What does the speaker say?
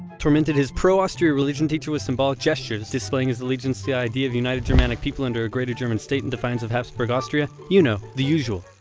tormented his pro-austria religion teacher with symbolic gestures displaying his allegiance the idea of united germanic people under a greater german state and defines of habsburg austria, you know, the usual.